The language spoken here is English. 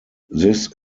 this